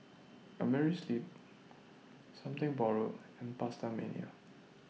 Amerisleep Something Borrowed and PastaMania